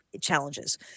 challenges